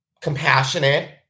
compassionate